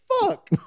fuck